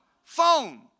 Phone